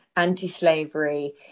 anti-slavery